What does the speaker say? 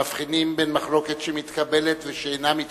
מבחינים בין מחלוקת שמתקבלת ושאינה מתקבלת.